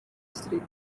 studied